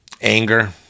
anger